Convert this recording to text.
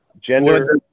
Gender